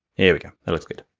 here we go, that looks good.